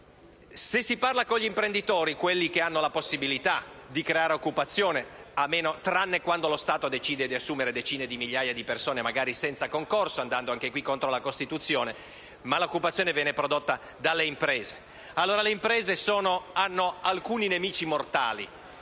Se si parla con gli imprenditori, quelli che hanno la possibilità di creare occupazione, tranne quando lo Stato decide di assumere decine di migliaia di persone, magari senza concorso e andando anche in questo caso contro la Costituzione - in genere l'occupazione viene prodotta dalle imprese - si comprende che le imprese hanno alcuni nemici mortali